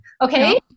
Okay